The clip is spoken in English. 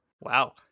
Wow